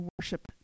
worship